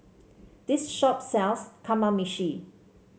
this shop sells Kamameshi